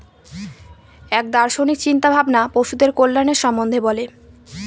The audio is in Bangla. এক দার্শনিক চিন্তা ভাবনা পশুদের কল্যাণের সম্বন্ধে বলে